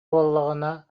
буоллаҕына